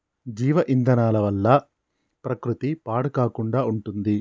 జీవ ఇంధనాల వల్ల ప్రకృతి పాడు కాకుండా ఉంటుంది